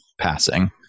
passing